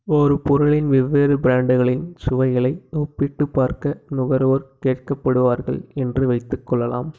ஒரு பொருளின் வெவ்வேறு ப்ராண்டுகளின் சுவைகளை ஒப்பிட்டுப் பார்க்க நுகர்வோர் கேட்கப்படுவார்கள் என்று வைத்துக்கொள்ளலாம்